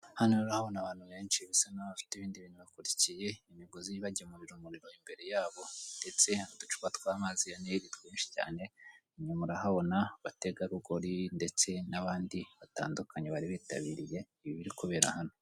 Hano urabona abantu benshi bisa naho bafite ibindi bintu bakurikiye, imigozi ibagemurira umuriro imbere yabo, ndetse n'uducupa tw'amazi ya nire twinshi cyane, inyuma urahabona abategarugori, ndetse n'abandi batandukanye bari bitabiriye ibiri kubera hano.